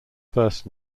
first